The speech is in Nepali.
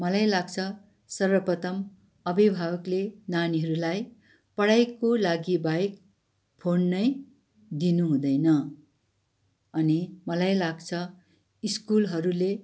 मलाई लाग्छ सर्वप्रथम अभिभावकले नानीहरूलाई पढाइको लागि बाहेक फोन नै दिनुहुँदैन अनि मलाई लाग्छ स्कुलहरूले